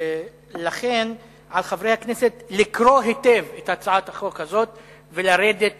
ולכן על חברי הכנסת לקרוא היטב את הצעת החוק הזאת ולרדת